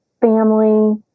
family